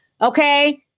Okay